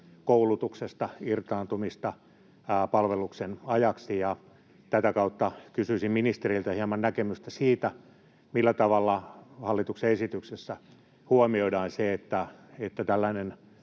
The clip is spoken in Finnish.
koulutuksesta irtaantumista palveluksen ajaksi, ja tätä kautta kysyisin ministeriltä hieman näkemystä siitä, millä tavalla hallituksen esityksessä huomioidaan se, että tällainen